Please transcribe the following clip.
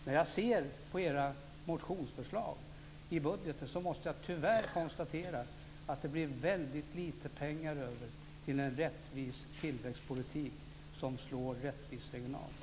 När jag ser på era motionsförslag i budgeten måste jag tyvärr konstatera att det blir väldigt lite pengar över till en rättvis tillväxtpolitik som slår rättvist regionalt.